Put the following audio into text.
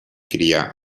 cria